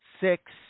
six